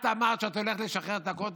את אמרת שאת הולכת לשחרר את הכותל?